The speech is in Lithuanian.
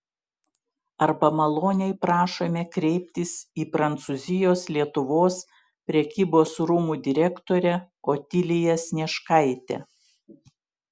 arba maloniai prašome kreiptis į prancūzijos lietuvos prekybos rūmų direktorę otiliją snieškaitę